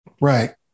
Right